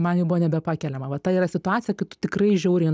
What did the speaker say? man jau buvo nebepakeliama va ta yra situacija kai tu tikrai žiauriai